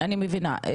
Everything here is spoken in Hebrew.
אני מבינה.